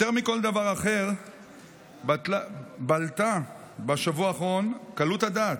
"יותר מכל דבר אחר בלטה בשבוע האחרון קלות הדעת.